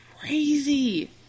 crazy